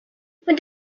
when